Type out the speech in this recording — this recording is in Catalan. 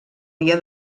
dia